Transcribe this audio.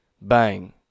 Bang